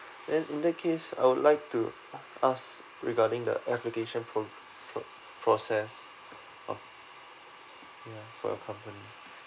then in that case I would like to ask regarding the application pro~ pro~ process ya for your company